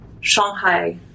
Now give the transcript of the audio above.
Shanghai